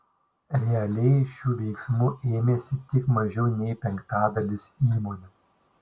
realiai šių veiksmų ėmėsi tik mažiau nei penktadalis įmonių